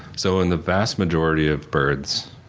so in the vast majority of birds,